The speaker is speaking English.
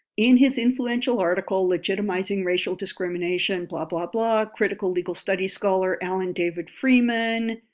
in his influential article legitimizing racial discrimination blah blah blah critical legal studies scholar alan david freeman,